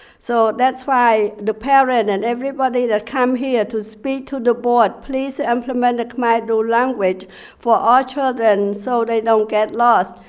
so that's why the parent and everybody that come here to speak to the board please implement a khmer dual language for our children so they don't get lost.